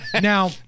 Now-